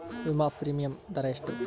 ವಿಮಾ ಪ್ರೀಮಿಯಮ್ ದರಾ ಎಷ್ಟು?